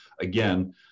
again